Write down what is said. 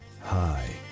Hi